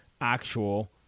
actual